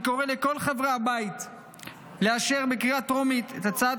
אני קורא לכל חברי הבית לאשר בקריאה טרומית את הצעת